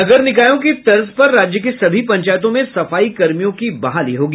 नगर निकायों की तर्ज पर राज्य के सभी पंचायतों में सफाईकर्मियों की बहाली होगी